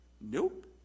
Nope